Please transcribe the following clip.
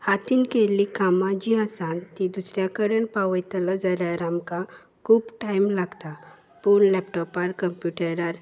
हातान केल्लीं कामां जीं आसात तीं दुसऱ्या कडेन पावयतलो जाल्यार आमकां खूब टायम लागता पूण लॅपटॉपार कंप्युटरार